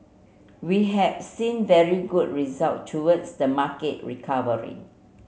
we have seen very good results towards the market recovery